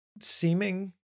seeming